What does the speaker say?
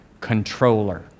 controller